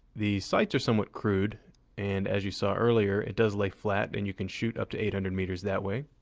the sights are somewhat crude and, as you saw earlier, it does lay flat and you can shoot up to eight hundred meters that way.